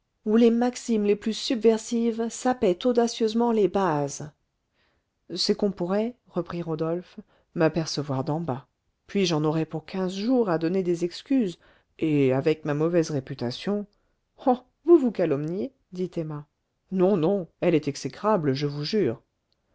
où les maximes les plus subversives sapaient audacieusement les bases c'est qu'on pourrait reprit rodolphe m'apercevoir d'en bas puis j'en aurais pour quinze jours à donner des excuses et avec ma mauvaise réputation oh vous vous calomniez dit emma non non elle est exécrable je vous jure